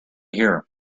here